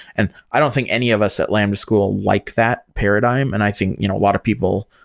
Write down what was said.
and i don't think any of us at lambda school like that paradigm, and i think you know a lot of people,